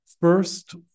First